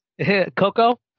Coco